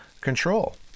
control